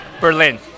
Berlin